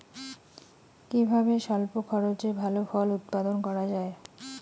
কিভাবে স্বল্প খরচে ভালো ফল উৎপাদন করা যায়?